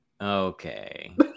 Okay